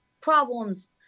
problems